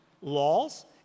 laws